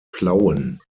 plauen